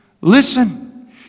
Listen